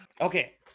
Okay